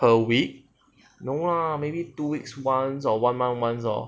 per week no lah maybe two weeks once or one month once lor